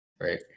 right